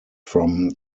from